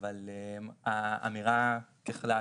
אבל האמירה ככלל,